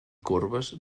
corbes